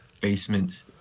basement